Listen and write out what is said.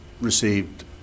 received